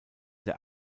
der